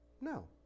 No